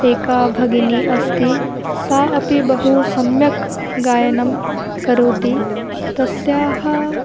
एका भगिनी अस्ति सा अपि बहु सम्यक् गायनं करोति तस्याः